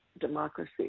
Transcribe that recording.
democracy